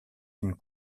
une